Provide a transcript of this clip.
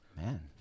man